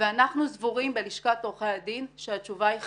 ואנחנו בלשכת עורכי הדין סבורים שהתשובה היא חיובית,